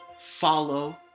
follow